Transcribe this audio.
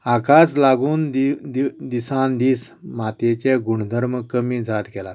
हाकाच लागून दिसान दीस मातयेचे गुणधर्म कमी जायत गेल्यात